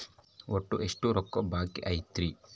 ಒಟ್ಟು ಎಷ್ಟು ರೊಕ್ಕ ಬಾಕಿ ಐತಿ?